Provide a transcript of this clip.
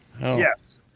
Yes